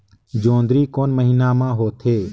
जोंदरी कोन महीना म होथे?